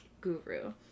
guru